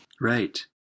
Right